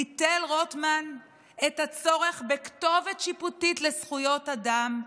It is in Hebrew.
ביטל רוטמן את הצורך בכתובת שיפוטית לזכויות אדם,